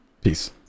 Peace